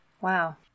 Wow